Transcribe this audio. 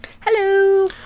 Hello